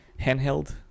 handheld